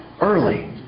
Early